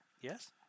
Yes